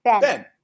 Ben